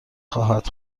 خواهد